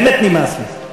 באמת נמאס לי.